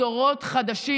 אינו נוכח זאב בנימין בגין,